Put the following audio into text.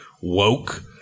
woke